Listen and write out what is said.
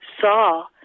saw